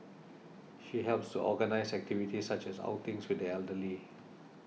she helps to organise activities such as outings with the elderly